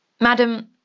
Madam